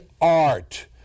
art